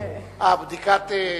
בדיקת חשמל.